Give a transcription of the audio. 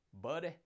buddy